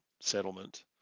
settlement